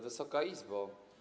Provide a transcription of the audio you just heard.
Wysoka Izbo!